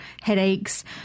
headaches